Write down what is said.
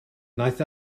wnaeth